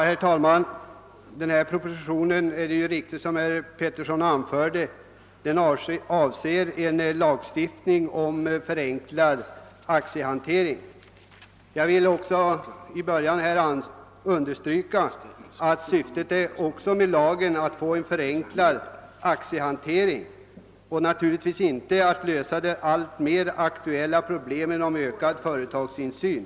Herr talman! Propositionen 99 avser, som herr Pettersson i Lund mycket riktigt anförde, lagstiftning om förenklad aktiehantering. Jag vill redan från början understryka att syftet med lagen just är att förenkla aktiehanteringen och naturligtvis inte att lösa de alltmer aktuella problemen i fråga om ökad företagsinsyn.